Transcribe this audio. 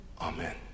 Amen